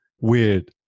weird